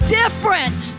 different